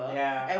yeah